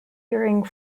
during